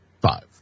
five